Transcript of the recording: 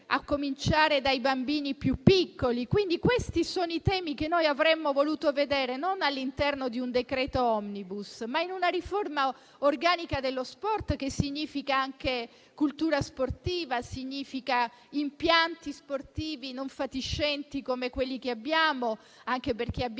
a cominciare dai bambini più piccoli. Questi sono i temi che noi avremmo voluto vedere, non all'interno di un decreto *omnibus*, ma in una riforma organica dello sport, che significa anche cultura sportiva, che significa impianti sportivi non fatiscenti come quelli che abbiamo, anche perché abbiamo